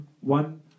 one